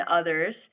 others